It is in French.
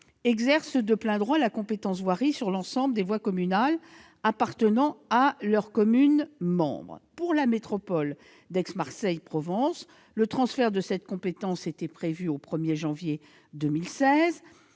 exercent de plein droit la compétence voirie sur l'ensemble des voies communales appartenant à leurs communes membres. Pour la métropole Aix-Marseille-Provence, le transfert de la compétence était prévu au 1 janvier 2016.